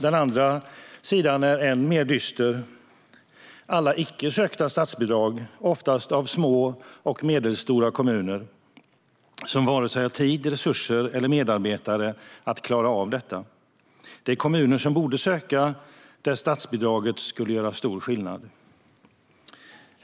Den andra sidan är än mer dyster. Det handlar om alla icke sökta statsbidrag, oftast av små och medelstora kommuner som inte har vare sig tid, resurser eller medarbetare att klara av arbetet. Det finns kommuner som borde söka därför att statsbidraget skulle göra stor skillnad.